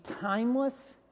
timeless